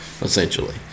essentially